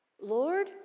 Lord